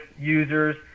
users